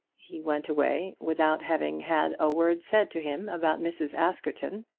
he went away without having had a word said to him about mrs. askerton,